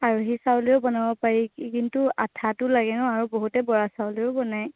আৰহি চাউলেৰেও বনাব পাৰি কিন্তু আঠাটো লাগে ন বহুতে বৰা চাউলেৰেও বনাই